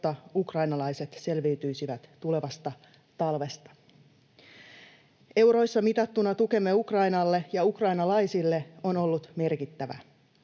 jotta ukrainalaiset selviytyisivät tulevasta talvesta. Euroissa mitattuna tukemme Ukrainalle ja ukrainalaisille on ollut merkittävä.